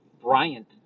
Bryant